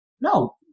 no